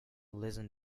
listen